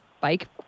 bike